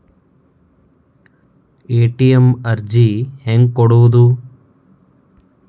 ATM ಅರ್ಜಿ ಹೆಂಗೆ ಕೊಡುವುದು?